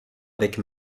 avec